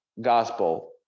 gospel